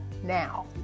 now